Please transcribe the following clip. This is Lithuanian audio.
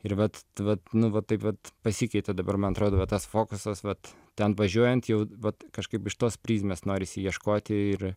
ir vat vat nu va taip vat pasikeitė dabar man atrodo va tas fokusas vat ten važiuojant jau vat kažkaip iš tos prizmės norisi ieškoti ir